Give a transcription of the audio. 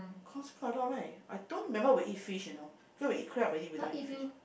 cost quite a lot right I don't remember we eat fish you know cause we eat crab already we don't eat fish